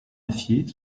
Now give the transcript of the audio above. acier